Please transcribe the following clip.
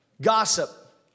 Gossip